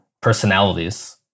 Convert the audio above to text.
personalities